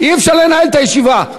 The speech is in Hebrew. אי-אפשר לנהל את הישיבה.